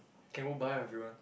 can go buy ah if you want